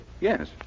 Yes